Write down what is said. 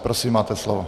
Prosím, máte slovo.